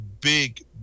big